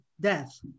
death